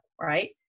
right